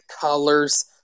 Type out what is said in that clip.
colors